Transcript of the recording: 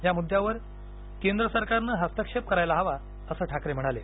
या मुद्द्यावर केंद्र सरकारनं हस्तक्षेप करायला हवा असं ठाकरे म्हणाले